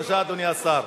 בבקשה, אדוני השר.